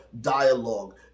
dialogue